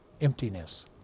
emptiness